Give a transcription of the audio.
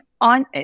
On